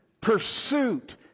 pursuit